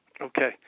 Okay